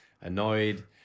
annoyed